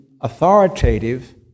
authoritative